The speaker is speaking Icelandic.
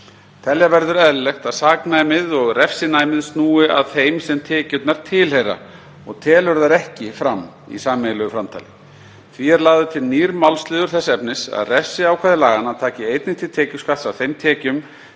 Telja verður eðlilegt að saknæmið og refsinæmið snúi að þeim sem tekjurnar tilheyra og telur þær ekki fram í sameiginlegu framtali. Því er lagður til nýr málsliður þess efnis að refsiákvæði laganna taki einnig til tekjuskatts af þeim tekjum